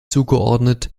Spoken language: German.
zugeordnet